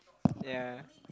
yeah